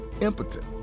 impotent